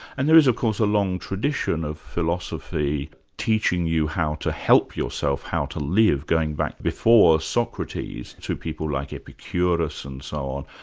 and there is of course a long tradition of philosophy teaching you how to help yourself how to live, going back before socrates, to people like epicurus and so on,